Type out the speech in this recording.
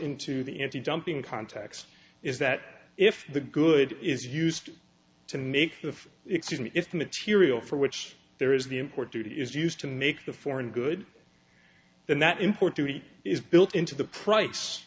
into the antidumping context is that if the good is used to make if it's in if the material for which there is the import duty is used to make the foreign good then that import duty is built into the price